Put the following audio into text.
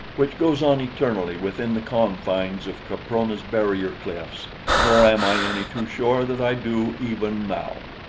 which goes on eternally within the confines of caprona's barrier cliffs nor am i any too sure that i do even now.